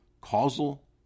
causal